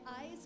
eyes